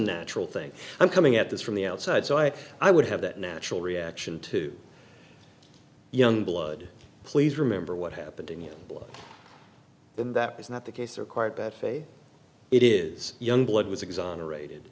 natural thing i'm coming at this from the outside so i i would have that natural reaction to youngblood please remember what happened to me then that is not the case or quite that way it is youngblood was exonerated